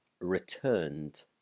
returned